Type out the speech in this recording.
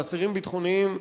ואסירים ביטחוניים,